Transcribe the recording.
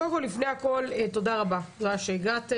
קודם כול, ולפני הכול, תודה רבה על כך שהגעתם.